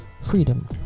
freedom